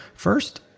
First